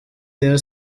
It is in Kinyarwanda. rayon